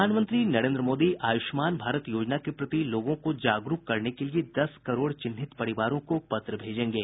प्रधानमंत्री नरेन्द्र मोदी आयुष्मान भारत योजना के प्रति लोगों को जागरूक करने के लिए दस करोड़ चिन्हित परिवारों को पत्र भेजेंगे